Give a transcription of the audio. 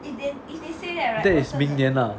that is 明年 ah